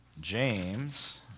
James